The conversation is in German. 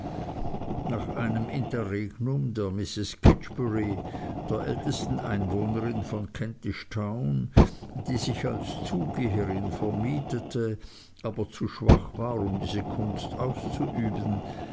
nach einem interregnum der mrs kidgerbury der ältesten einwohnerin von kentish town die sich als zugeherin vermietete aber zu schwach war um diese kunst auszuüben